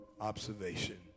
observation